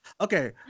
Okay